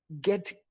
get